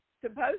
supposed